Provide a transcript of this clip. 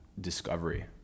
discovery